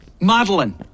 Madeline